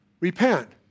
repent